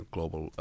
Global